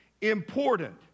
important